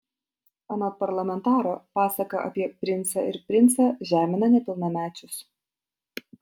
anot parlamentaro pasaka apie princą ir princą žemina nepilnamečius